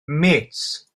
mêts